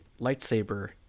lightsaber